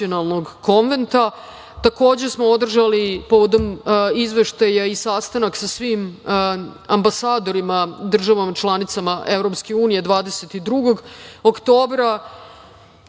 smo održali povodom izveštaja i sastanak sa svim ambasadorima državama članicama EU 22. oktobra,